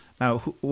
Now